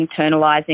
internalizing